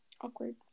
awkward